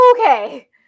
okay